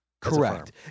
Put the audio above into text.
Correct